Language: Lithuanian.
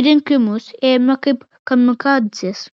į rinkimus ėjome kaip kamikadzės